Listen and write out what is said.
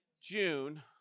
June